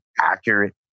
accurate